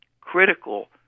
critical